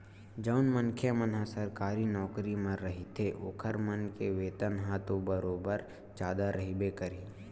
जउन मनखे मन ह सरकारी नौकरी म रहिथे ओखर मन के वेतन ह तो बरोबर जादा रहिबे करही